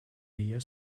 mehr